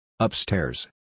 Upstairs